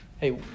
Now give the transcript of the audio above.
Hey